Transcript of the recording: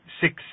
six